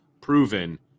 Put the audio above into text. proven